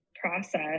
process